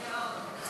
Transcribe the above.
מאוד.